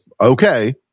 okay